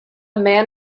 man